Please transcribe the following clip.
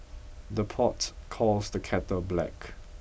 the pot calls the kettle black